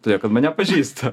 todėl kad mane pažįsta